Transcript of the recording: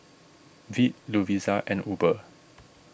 Veet Lovisa and Uber